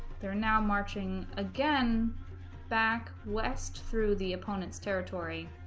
they're now marching again back west through the opponent's territory